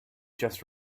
just